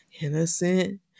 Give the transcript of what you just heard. innocent